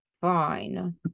Fine